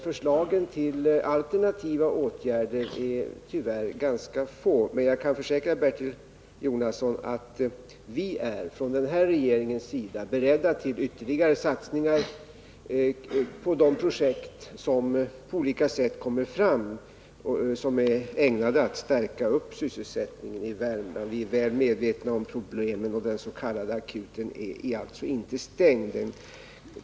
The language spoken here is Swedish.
Förslagen till alternativa åtgärder är tyvärr ganska få, men jag kan försäkra Bertil Jonasson att vi från regeringens sida är beredda till ytterligare satsningar på projekt som på olika sätt kommer fram och som är ägnade att förstärka sysselsättningen i Värmland. Vi är väl medvetna om problemen, och den s.k. akuten är inte stängd.